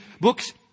books